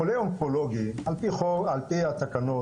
חולה אונקולוגי על פי התקנות,